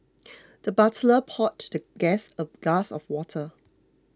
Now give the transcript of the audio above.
the butler poured the guest a glass of water